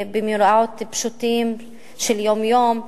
במאורעות פשוטים של יום-יום,